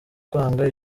kwanga